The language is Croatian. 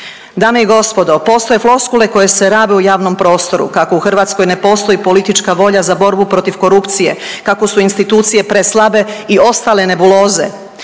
Dame i gospodo, postoje floskule koje se rabe u javnom prostoru kako u Hrvatskoj ne postoji politička volja za borbu protiv korupcije, kako su institucije preslabe i ostale nebuloze.